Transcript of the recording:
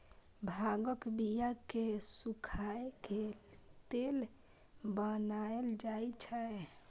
भांगक बिया कें सुखाए के तेल बनाएल जाइ छै